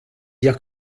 dire